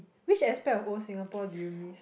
which aspect of old Singapore do you miss